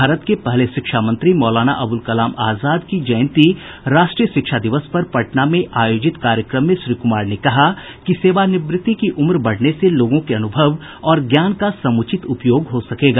भारत के पहले शिक्षा मंत्री मौलाना अबुल कलाम आजाद की जयंती राष्ट्रीय शिक्षा दिवस पर पटना में आयोजित कार्यक्रम में श्री कुमार ने कहा कि सेवानिवृत्ति की उम्र बढ़ने से लोगों के अनुभव और ज्ञान का समुचित उपयोग हो सकेगा